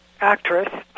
actress